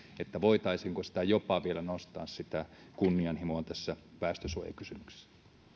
että voitaisiinko jopa nostaa sitä kunnianhimoa tässä väestönsuojakysymyksessä